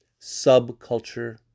subculture